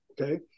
okay